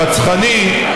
רצחני,